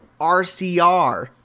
RCR